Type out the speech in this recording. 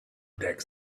tax